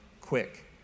quick